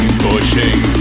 pushing